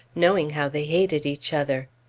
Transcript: knowing how they hated each other.